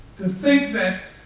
to think that